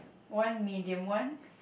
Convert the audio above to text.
one medium one